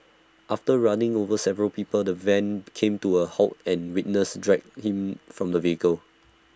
after running over several people the van came to A halt and witnesses dragged him from the vehicle